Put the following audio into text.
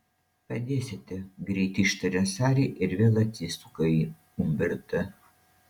padėsite greit ištaria sari ir vėl atsisuka į umbertą